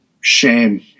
shame